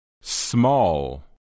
Small